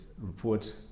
report